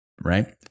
right